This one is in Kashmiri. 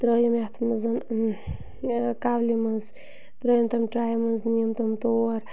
ترٛٲوِم یتھ مَنٛز کَولہِ منٛز ترٛٲیِم تِم ٹرٛے مَنٛز نِیَم تِم تور